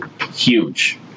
huge